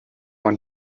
man